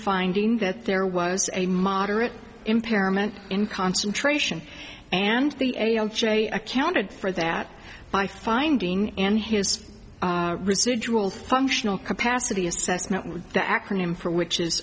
finding that there was a moderate impairment in concentration and the a l j accounted for that by finding in his residual functional capacity assessment with the acronym for which is